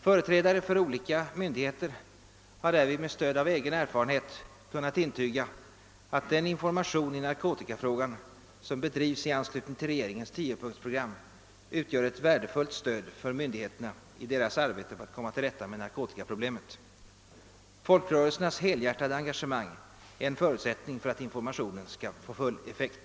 Företrädare för olika myndigheter har därvid med stöd av egen erfarenhet kunnat intyga att den information i narkotikafrågan som bedrivs i anslutning till regeringens tiopunktsprogram utgör ett värdefullt stöd för myndigheterna i deras arbete på att komma till rätta med narkotikaproblemet, Folkrörelsernas helhjärtade engagemang är en förutsättning för att informationen skall få full effekt.